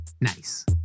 Nice